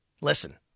Listen